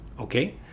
Okay